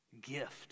gift